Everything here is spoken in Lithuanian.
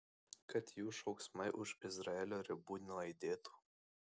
kad jų šauksmai už izraelio ribų nuaidėtų